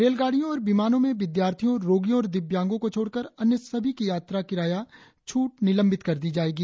रेलगाडियों और विमानों में विदयार्थियों रोगियों और दिव्यांगों को छोड़कर अन्य सभी की यात्रा किराया छूट निलंबित कर दी जाएगी